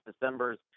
Decembers